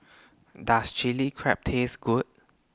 Does Chili Crab Taste Good